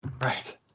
Right